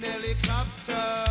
Helicopter